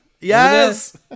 Yes